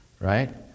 right